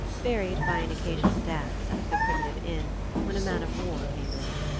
varied by an occasional dance at the primitive inn when a man-of-war came in.